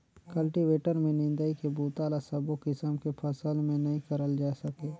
cultivator में निंदई के बूता ल सबो किसम के फसल में नइ करल जाए सके